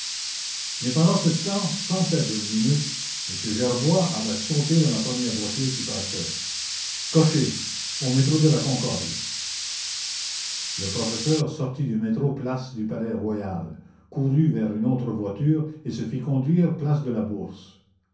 mais pendant ce temps m gerbois avait sauté dans la première voiture qui passait cocher au métro de la concorde il sortit du métro place du palais-royal courut vers une autre voiture et se fit conduire place de la bourse